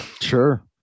Sure